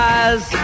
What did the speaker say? eyes